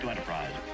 Enterprise